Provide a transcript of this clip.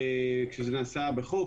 כשזה נעשה בחוק,